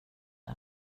det